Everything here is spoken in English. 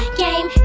game